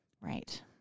Right